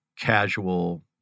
casual